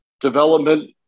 development